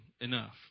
enough